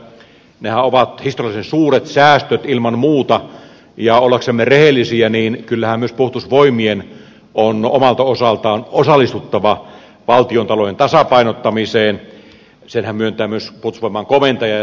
nehän ovat historiallisen suuret säästöt ilman muuta ja ollaksemme rehellisiä kyllähän myös puolustusvoimien on omalta osaltaan osallistuttava valtiontalouden tasapainottamiseen senhän myöntää myös puolustusvoimain komentaja ja se johto siellä